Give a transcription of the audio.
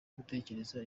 gutekereza